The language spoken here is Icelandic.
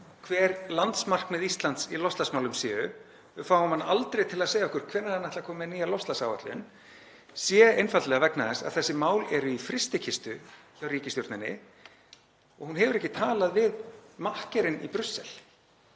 hver landsmarkmið Íslands í loftslagsmálum séu, við fáum hann aldrei til að segja okkur hvenær hann ætli að koma með nýjan loftslagsáætlun, sé einfaldlega vegna þess að þessi mál eru í frystikistu hjá ríkisstjórninni og hún hefur ekki talað við makkerinn í Brussel,